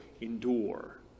endure